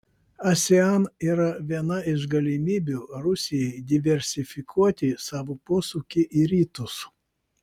asean yra viena iš galimybių rusijai diversifikuoti savo posūkį į rytus